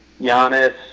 Giannis